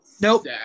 Nope